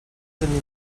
tenim